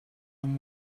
him